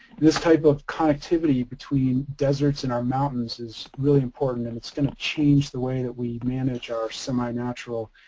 this type of connectivity between desert and our mountains is really important and it's going to change the way that we manage our semi-natural